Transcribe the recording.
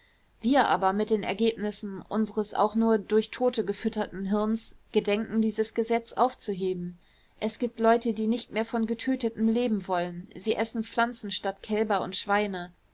wir aber mit den ergebnissen unseres auch nur durch tote gefütterten hirns gedenken dieses gesetz aufzuheben es gibt leute die nicht mehr von getötetem leben wollen sie essen pflanzen statt kälber und schweine